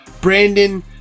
Brandon